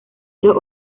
los